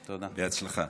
בהצלחה.